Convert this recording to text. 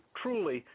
truly